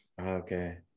Okay